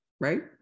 right